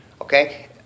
Okay